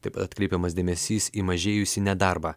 taip atkreipiamas dėmesys į mažėjusį nedarbą